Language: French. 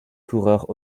coureurs